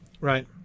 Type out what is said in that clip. right